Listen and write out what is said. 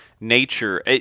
nature